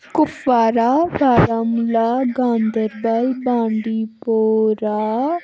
کُپوارہ بارہمولہ گاندَربَل بانڈی پورہ